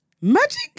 Magic